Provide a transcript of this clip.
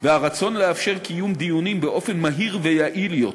והרצון לאפשר קיום דיונים באופן מהיר ויעיל יותר,